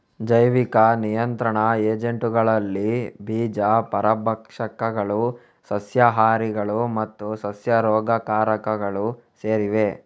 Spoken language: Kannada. ಜೈವಿಕ ನಿಯಂತ್ರಣ ಏಜೆಂಟುಗಳಲ್ಲಿ ಬೀಜ ಪರಭಕ್ಷಕಗಳು, ಸಸ್ಯಹಾರಿಗಳು ಮತ್ತು ಸಸ್ಯ ರೋಗಕಾರಕಗಳು ಸೇರಿವೆ